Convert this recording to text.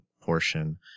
portion